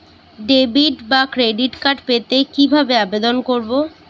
Debit বা credit card পেতে কি ভাবে আবেদন করব?